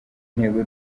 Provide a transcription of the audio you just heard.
intego